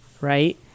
right